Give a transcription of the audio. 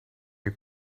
you